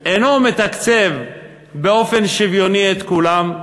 אינו מתקצב באופן שוויוני את כולם,